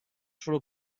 solo